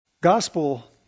Gospel